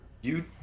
You-